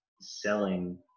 selling